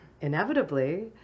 Inevitably